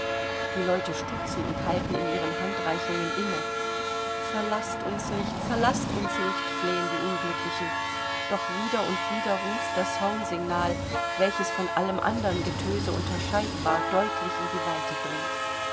die leute stutzen und halten in ihren handreichungen inne verlaßt uns nicht verlaßt uns nicht flehen die unglücklichen doch wieder und wieder ruft das hornsignal welches von allem andern getöse unterscheidbar deutlich in die weite dringt